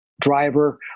driver